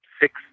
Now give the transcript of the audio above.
six